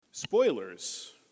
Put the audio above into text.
Spoilers